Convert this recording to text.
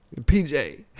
PJ